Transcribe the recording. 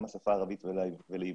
גם לשפה הערבית ולעברית,